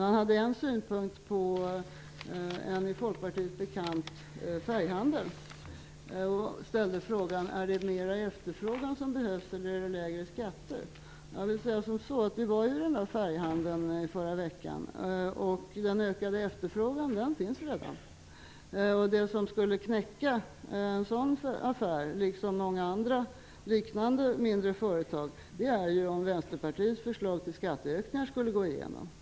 Han hade synpunkter på en i Folkpartiet bekant färghandel och undrade om det är mer efterfrågan eller lägre skatter som behövs. Vi var i den där färghandeln i förra veckan. Den ökande efterfrågan finns redan. Det som skulle knäcka en sådan affär, liksom många andra liknande mindre företag, är att Vänsterpartiets förslag till skatteökningar skulle gå igenom.